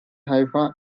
haifa